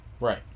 Right